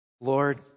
Lord